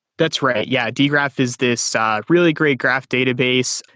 that's right. yeah. dgraph is this really great graph database.